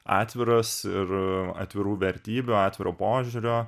atviras ir atvirų vertybių atviro požiūrio